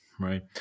right